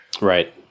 Right